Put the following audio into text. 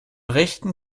rechten